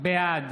בעד